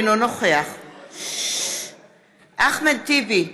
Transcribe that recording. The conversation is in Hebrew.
אינו נוכח אחמד טיבי,